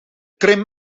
krim